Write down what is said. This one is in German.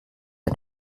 ein